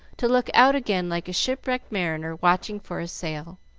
to look out again like a shipwrecked mariner watching for a sail.